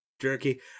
jerky